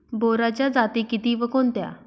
बोराच्या जाती किती व कोणत्या?